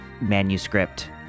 Manuscript